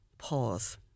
pause